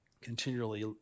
continually